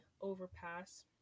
overpass